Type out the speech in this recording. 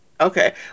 Okay